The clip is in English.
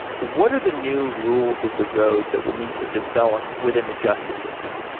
what are the new rules of the road that will need to develop within the justice system?